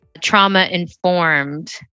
trauma-informed